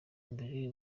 mbere